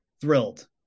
Thrilled